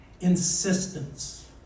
Insistence